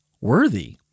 worthy